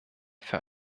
für